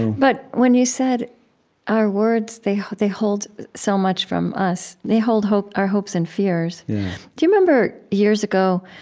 but when you said our words, they hold they hold so much from us. they hold our hopes and fears. do you remember years ago,